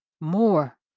more